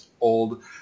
old